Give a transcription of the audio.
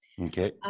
Okay